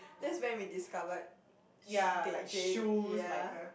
that's when we discovered sh~ they Jay ya